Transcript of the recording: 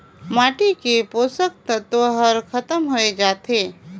माटी के पोसक तत्व हर खतम होए जाथे